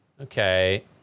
Okay